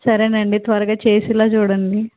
సరేనండి త్వరగా చేసేలా చూడండి